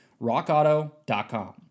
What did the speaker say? RockAuto.com